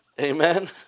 Amen